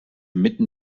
mitten